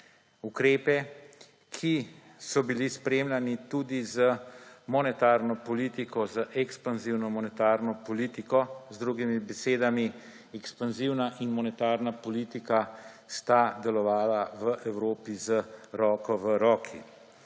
ukrepe, ki so bili spremljani tudi z monetarno politiko, z ekspanzivno monetarno politiko, z drugimi besedami ekspanzivna in monetarna politika sta delovali v Evropi z roko v roki.